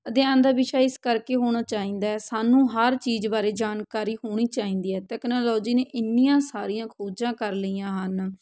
ਅਧਿਐਨ ਦਾ ਵਿਸ਼ਾ ਇਸ ਕਰਕੇ ਹੋਣਾ ਚਾਹੀਦਾ ਹੈ ਸਾਨੂੰ ਹਰ ਚੀਜ਼ ਬਾਰੇ ਜਾਣਕਾਰੀ ਹੋਣੀ ਚਾਹੀਦੀ ਹੈ ਤਕਨਾਲੋਜੀ ਨੇ ਇੰਨੀਆਂ ਸਾਰੀਆਂ ਖੋਜਾਂ ਕਰ ਲਈਆਂ ਹਨ